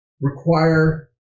require